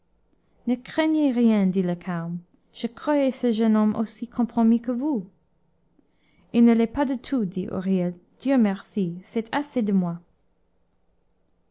ne craignez rien dit le carme je croyais ce jeune homme aussi compromis que vous il ne l'est pas du tout dit huriel dieu merci c'est assez de moi